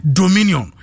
dominion